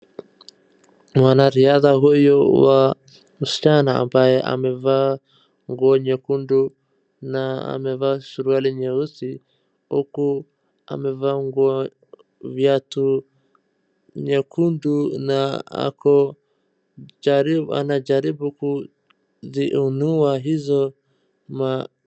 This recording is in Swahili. Mwanariadhaa huyu wa msichana ambaye amevaa nguo nyekundu na amevaa suruali nyeusi huku amevaa nguo viatu nyekundu na ako anajaribu kuziinua hizo ma..